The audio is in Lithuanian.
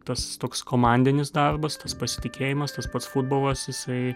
tas toks komandinis darbas tas pasitikėjimas tas pats futbolas jisai